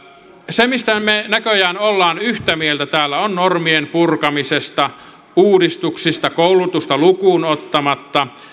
se mistä me näköjään olemme yhtä mieltä täällä on normien purkamisesta uudistuksista koulutusta lukuun ottamatta